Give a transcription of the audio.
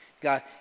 God